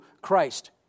Christ